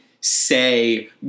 say